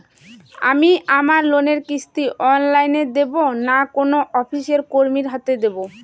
আমি আমার লোনের কিস্তি অনলাইন দেবো না কোনো অফিসের কর্মীর হাতে দেবো?